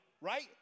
right